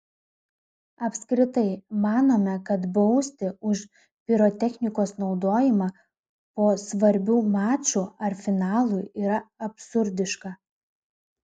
apskritai manome kad bausti už pirotechnikos naudojimą po svarbių mačų ar finalų yra absurdiška